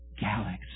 galaxies